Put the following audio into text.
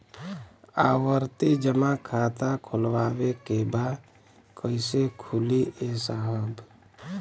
आवर्ती जमा खाता खोलवावे के बा कईसे खुली ए साहब?